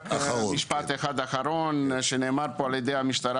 משפט אחד אחרון נאמר פה על-ידי המשטרה